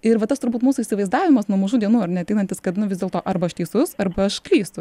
ir va tas turbūt mūsų įsivaizdavimas nuo mažų dienų ar ne ateinantis kad nu vis dėlto arba aš teisus arba aš klystu